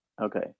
okay